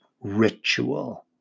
ritual